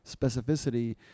specificity